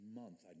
month